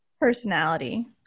Personality